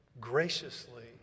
graciously